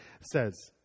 says